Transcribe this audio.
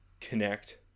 connect